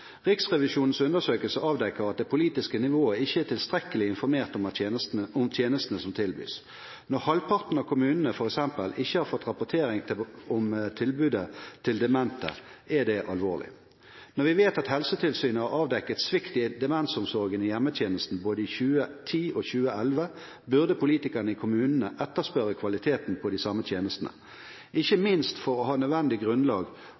Riksrevisjonens undersøkelser avdekker at det politiske nivået ikke er tilstrekkelig informert om tjenestene som tilbys. Når halvparten av kommunene f.eks. ikke har fått rapportering om tilbudet til demente, er det alvorlig. Når vi vet at Helsetilsynet har avdekket svikt i demensomsorgen i hjemmetjenesten både i 2010 og i 2011, burde politikerne i kommunene etterspørre kvaliteten på de samme tjenestene, ikke minst for å ha nødvendig grunnlag